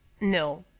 no.